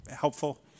helpful